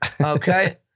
Okay